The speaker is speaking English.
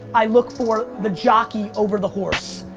i look for the jockey over the horse.